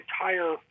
entire